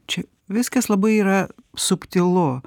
čia viskas labai yra subtilu